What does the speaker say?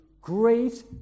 great